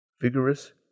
vigorous